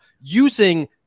using